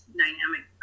dynamic